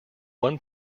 one